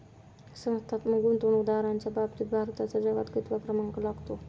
संस्थात्मक गुंतवणूकदारांच्या बाबतीत भारताचा जगात कितवा क्रमांक लागतो?